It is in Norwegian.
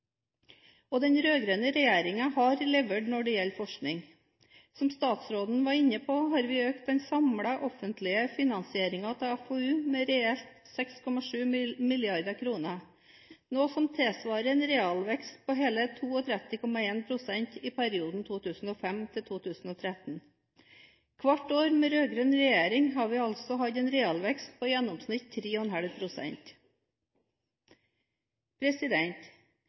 Den rød-grønne regjeringen har levert når det gjelder forskning. Som statsråden var inne på, har vi reelt økt den samlede offentlige finansieringen av FoU med 6,7 mrd. kr, noe som tilsvarer en realvekst på hele 32,1 pst. i perioden 2005–2013. Hvert år med rød-grønn regjering har vi altså hatt en realvekst på 3,5 pst. i gjennomsnitt.